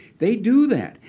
they do that.